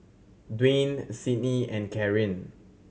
Dwayne Cydney and Caryn